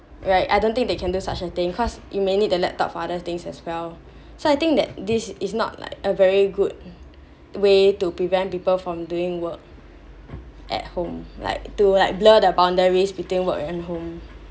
right I don't think they can do such a thing cause you may need a laptop for other things as well so I think that this is not like a very good way to prevent people from doing work at home like to like blur the boundaries between work at home